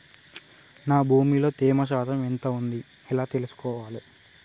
నా భూమి లో తేమ శాతం ఎంత ఉంది ఎలా తెలుసుకోవాలే?